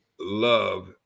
love